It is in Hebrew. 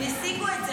הם השיגו את זה,